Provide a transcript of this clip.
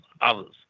others